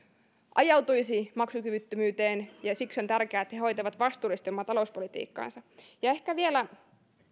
ajautuisi maksukyvyttömyyteen ja siksi on tärkeää että he hoitavat vastuullisesti omaa talouspolitiikkaansa ehkä vielä